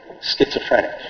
schizophrenic